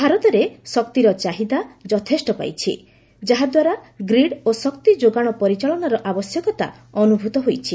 ଭାରତର ଶକ୍ତିର ଚାହିଦା ଯଥେଷ୍ଟ ବୃଦ୍ଧି ପାଇଛି ଯାହାଦ୍ୱାରା ଗ୍ରୀଡ୍ ଓ ଶକ୍ତି ଯୋଗାଣ ପରିଚାଳନାର ଆବଶ୍ୟକତା ଅନୁଭୂତ ହୋଇଛି